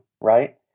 right